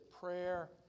prayer